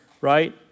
right